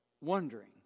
wondering